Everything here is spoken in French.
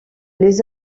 les